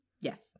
yes